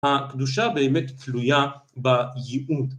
‫הקדושה באמת תלויה בייעוד.